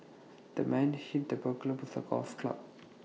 the man hit the burglar with A golf club